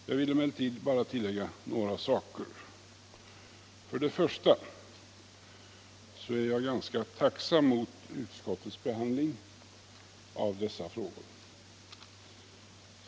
Jag vill emellertid tillägga några saker. Först och främst är jag ganska tacksam för utskottets behandling av dessa frågor.